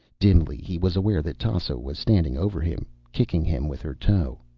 dimly, he was aware that tasso was standing over him, kicking him with her toe.